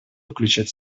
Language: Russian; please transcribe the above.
включать